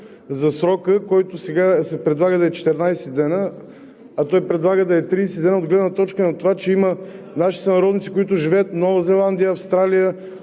срокът, който сега се предлага да е 14 дни, да е 30 дни от гледна точка на това, че има наши сънародници, които живеят в Нова Зеландия, Австралия,